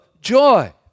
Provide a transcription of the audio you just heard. joy